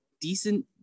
decent